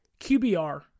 QBR